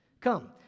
Come